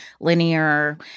linear